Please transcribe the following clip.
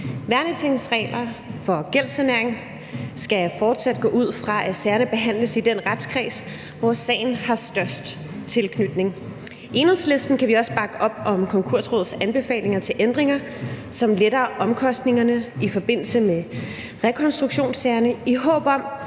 Værnetingsregler for gældssanering skal fortsat gå ud fra, at sagerne behandles i den retskreds, hvor sagen har størst tilknytning. I Enhedslisten kan vi også bakke op om Konkursrådets anbefalinger til ændringer, som letter omkostningerne i forbindelse med rekonstruktionssagerne, i håb om